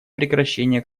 прекращение